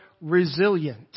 resilient